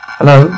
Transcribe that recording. Hello